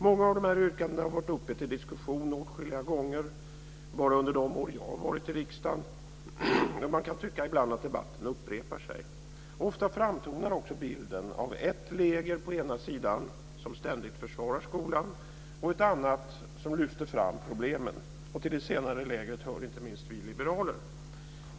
Många av de här yrkandena har varit uppe till diskussion åtskilliga gånger bara under de år som jag har varit i riksdagen. Man kan tycka ibland att debatten upprepar sig. Ofta framtonar också bilden av ett läger på ena sidan som ständigt försvarar skolan och ett annat som lyfter fram problemen. Till det senare lägret hör inte minst vi liberaler.